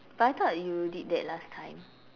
but I thought you did that last time